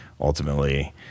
ultimately